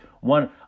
one